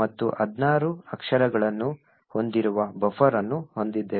ಮತ್ತು 16 ಅಕ್ಷರಗಳನ್ನು ಹೊಂದಿರುವ buffer ಅನ್ನು ಹೊಂದಿದ್ದೇವೆ